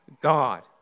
God